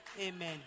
Amen